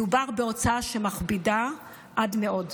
מדובר בהוצאה שמכבידה עד מאוד.